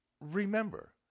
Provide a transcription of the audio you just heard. remember